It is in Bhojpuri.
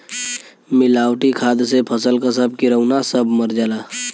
मिलावटी खाद से फसल क सब किरौना सब मर जाला